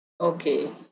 Okay